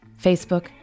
Facebook